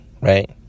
right